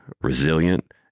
resilient